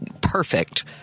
perfect